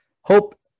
hope